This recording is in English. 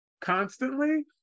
constantly